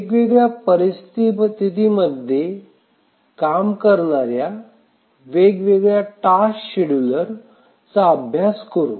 वेगवेगळ्या परिस्थितीमध्ये काम करणाऱ्या वेगवेगळ्या टास्क शेड्युलर चा अभ्यास करू